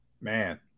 man